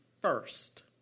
first